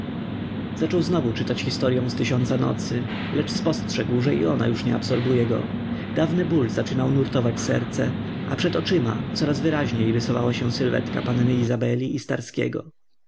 zrobienia zaczął znowu czytać historyą z tysiąca nocy lecz spostrzegł że i ona już nie absorbuje go dawny ból zaczynał nurtować serce a przed oczyma coraz wyraźniej rysowała się sylwetka panny izabeli i